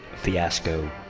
fiasco